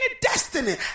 destiny